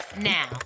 Now